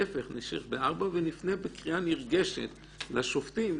להפך נשאיר ב-4 ונפנה בקריאה נרגשת לשופטים,